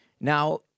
Now